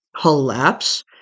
collapse